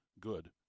good